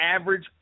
average